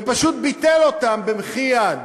ופשוט ביטל אותם במחי יד.